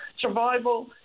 Survival